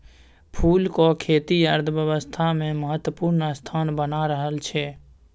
फूलक खेती अर्थव्यवस्थामे महत्वपूर्ण स्थान बना रहल छै